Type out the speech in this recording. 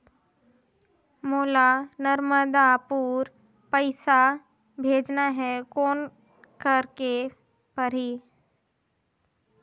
मोला नर्मदापुर पइसा भेजना हैं, कौन करेके परही?